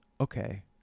okay